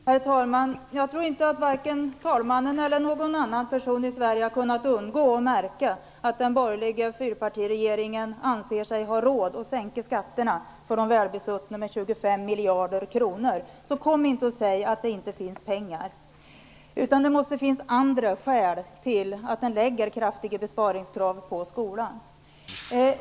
Herr talman! Jag tror inte att vare sig talmannen eller någon annan person i Sverige har kunnat ungå att märka att den borgerliga fyrpartiregeringen anser sig ha råd att sänka skatterna med 25 miljarder kronor för de välbesuttna. Så kom inte och säg att det inte finns pengar! Det måste i stället finnas andra skäl till att regeringen lägger kraftiga besparingskrav på skolan.